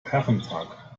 herrentag